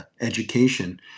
education